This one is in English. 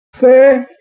say